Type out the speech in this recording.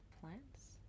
Plants